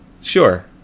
sure